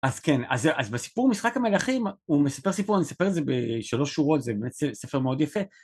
אז כן, אז בסיפור משחק המלכים הוא מספר סיפור, אני אספר את זה בשלוש שורות, זה באמת ספר מאוד יפה